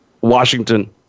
Washington